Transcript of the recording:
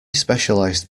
specialized